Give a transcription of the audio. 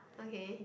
okay